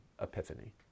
epiphany